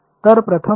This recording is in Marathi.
तर प्रथम आहे